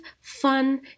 fun